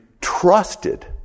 trusted